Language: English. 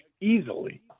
easily